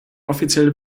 offizielle